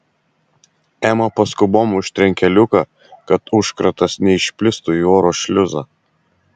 ema paskubom užtrenkė liuką kad užkratas neišplistų į oro šliuzą